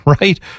right